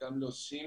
גם עושים